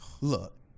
Look